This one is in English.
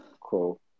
Cool